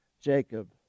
Jacob